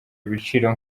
ibiciro